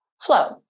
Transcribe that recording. flow